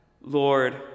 Lord